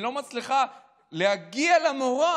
שלא מצליחה להגיע למורה,